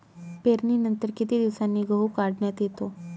पेरणीनंतर किती दिवसांनी गहू काढण्यात येतो?